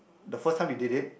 the first time we did it